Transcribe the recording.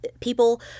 people